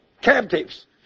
captives